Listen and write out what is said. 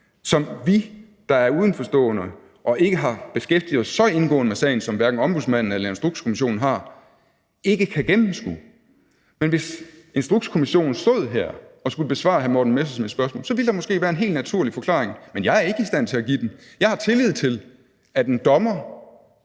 som vi, der er udenforstående og ikke har beskæftiget os så indgående med sagen, som Ombudsmanden og Instrukskommissionen har, ikke kan gennemskue, men hvis Instrukskommissionen stod her og skulle besvare hr. Morten Messerschmidts spørgsmål, ville der måske være en helt naturlig forklaring. Men jeg er ikke i stand til at give den. Jeg har tillid til, at en dommer